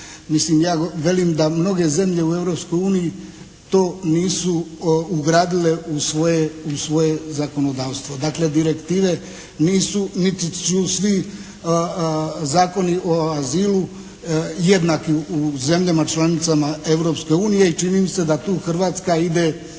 ja velim da mnoge zemlje u Europskoj uniji to nisu ugradile u svoje zakonodavstvo. Dakle direktive nisu niti su svi zakoni o azilu jednaki u zemljama članicama Europske unije i čini mi se da tu Hrvatska ide